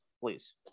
please